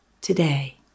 today